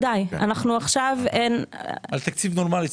על תקציב נורמלי.